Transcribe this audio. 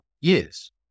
years